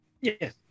Yes